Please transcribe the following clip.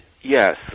Yes